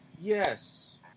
Yes